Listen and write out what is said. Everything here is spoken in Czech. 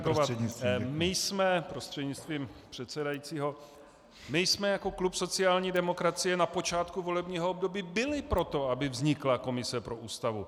My jsme, prostřednictvím předsedajícího, jako klub sociální demokracie na počátku volebního období byli pro to, aby vznikla komise pro Ústavu.